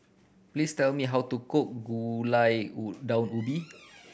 please tell me how to cook gulai daun ubi